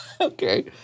Okay